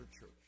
church